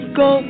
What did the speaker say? go